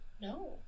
No